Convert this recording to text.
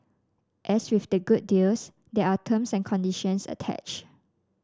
as with the good deals there are terms and conditions attached